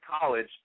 college